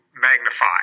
magnify